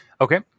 Okay